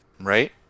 right